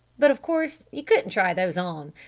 but, of course, you couldn't try those on.